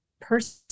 person